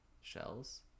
shells